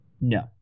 No